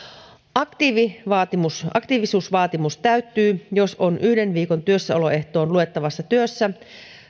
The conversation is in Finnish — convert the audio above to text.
aktiivisuusvaatimus aktiivisuusvaatimus täyttyy jos on yhden viikon työssäoloehtoon luettavassa työssä